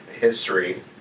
history